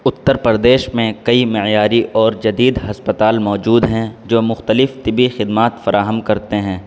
اتّر پردیش میں کئی معیاری اور جدید ہسپتال موجود ہیں جو مختلف طبی خدمات فراہم کرتے ہیں